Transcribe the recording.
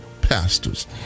pastors